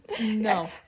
No